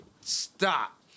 stop